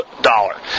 dollar